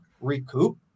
recoup